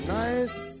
nice